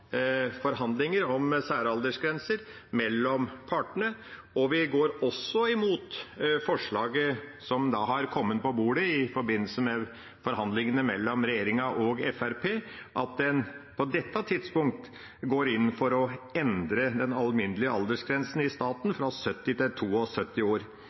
forhandlinger om særaldersgrenser mellom partene. Vi går også imot forslaget som har kommet på bordet i forbindelse med forhandlingene mellom regjeringa og Fremskrittspartiet om at en på dette tidspunkt går inn for å endre den alminnelige aldersgrensen i staten fra 70 til 72 år.